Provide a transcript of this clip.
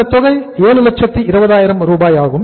இந்த தொகை 720000 ரூபாயாகும்